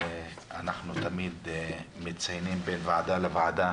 אנחנו תמיד מציינים בין ועדה לוועדה